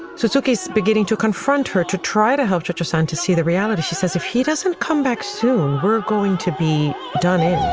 so he's beginning to confront her to try to help teachersand to see the reality. she says if he doesn't come back soon. we're going to be done in